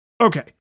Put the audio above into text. okay